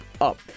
up